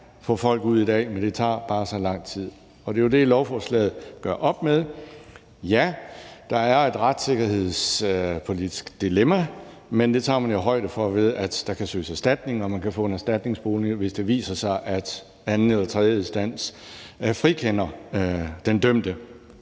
kan få folk ud i dag – men det tager bare så lang tid. Det er jo det, lovforslaget gør op med. Ja, der er et retssikkerhedspolitisk dilemma, men det tager man jo højde for, ved at der kan søges erstatning, og man kan få en erstatningsbolig, hvis det viser sig, at anden eller tredje instans frikender den dømte.